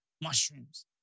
mushrooms